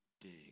dig